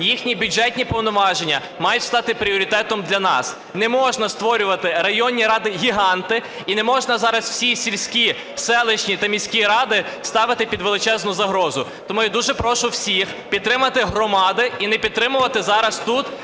їхні бюджетні повноваження мають стати пріоритетом для нас. Не можна створювати районні ради-гіганти і не можна зараз всі сільські, селищні та міські ради ставити під величезну загрозу. Тому я дуже прошу всіх підтримати громади і не підтримувати зараз тут